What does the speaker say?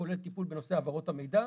כולל טיפול בנושא העברות המידע,